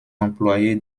employée